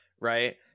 right